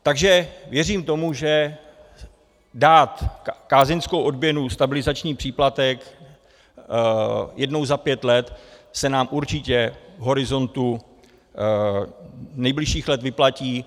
Takže věřím tomu, že dát kázeňskou odměnu, stabilizační příplatek jednou za pět let se nám určitě v horizontu nejbližších let vyplatí.